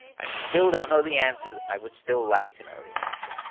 i still don't know the answers. i would still like to know the answer.